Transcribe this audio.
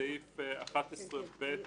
בסעיף 11(ב)(7)